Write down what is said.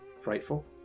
frightful